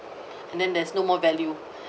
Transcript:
and then there's no more value